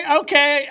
okay